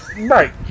Right